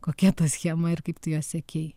kokia ta schema ir kaip tu ją sekei